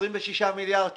26 מיליארד שקלים,